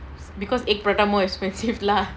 because egg prata more expensive lah